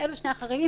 אלו שני החריגים,